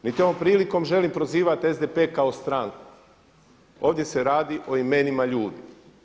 Niti ovom prilikom želim prozivati SDP kao stranku, ovdje se radi o imenima ljudi.